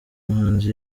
muhanzi